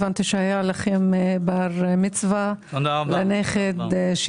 הבנתי שהיה בר מצווה לנכד.